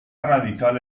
radical